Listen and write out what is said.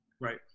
Right